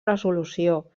resolució